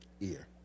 Ear